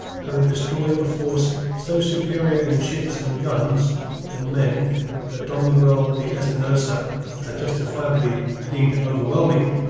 having destroyed a force so superior in ships and guns and men that don miguel de espinosa had justifiably deemed it overwhelming,